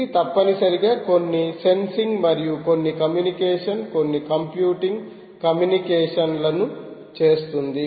ఇది తప్పనిసరిగా కొన్ని సెన్సింగ్ మరియు కొన్ని కమ్యూనికేషన్ కొన్ని కంప్యూటింగ్ కమ్యూనికేషన్లను చేస్తోంది